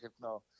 no